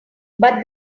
but